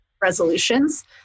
resolutions